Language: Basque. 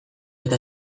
eta